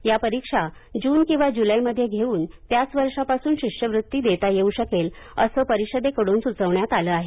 या परीक्षा जून किंवा जूलै मध्ये घेऊन त्याच वर्षापासून शिष्यवृत्ती देता येऊ शकेल असं परिषदेकडून सुचवण्यात आलं आहे